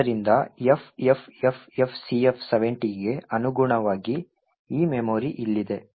ಆದ್ದರಿಂದ FFFFCF70 ಗೆ ಅನುಗುಣವಾಗಿ ಈ ಮೆಮೊರಿ ಇಲ್ಲಿದೆ